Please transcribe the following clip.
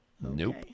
Nope